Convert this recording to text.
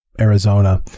Arizona